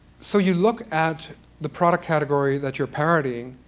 so you look at the product category that you're parodying.